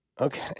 Okay